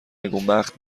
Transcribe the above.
نگونبخت